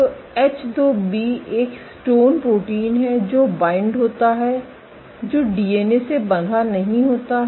तो एच2बी एक हिस्टोन प्रोटीन है जो बाइंड होता है जो डीएनए से बंधा नहीं होता है